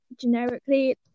generically